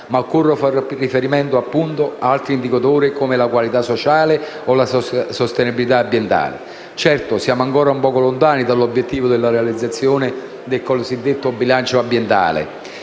ma occorre far riferimento, appunto, ad altri indicatori come la qualità sociale o la sostenibilità ambientale. Certo, siamo ancora un po' lontani dall'obiettivo della realizzazione del cosiddetto bilancio ambientale,